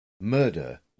Murder